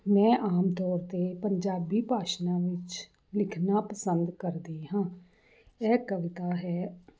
ਮੈਂ ਆਮ ਤੌਰ 'ਤੇ ਪੰਜਾਬੀ ਭਾਸ਼ਾ ਵਿੱਚ ਲਿਖਣਾ ਪਸੰਦ ਕਰਦੀ ਹਾਂ ਇਹ ਕਵਿਤਾ ਹੈ